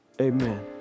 amen